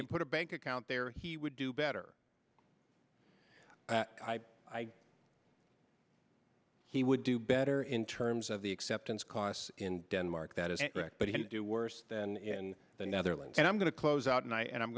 in put a bank account there he would do better i he would do better in terms of the acceptance costs in denmark that is correct but he would do worse than in the netherlands and i'm going to close out and i and i'm